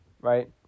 right